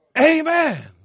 Amen